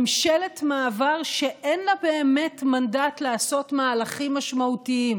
ממשלת מעבר שאין לה באמת מנדט לעשות מהלכים משמעותיים,